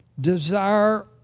desire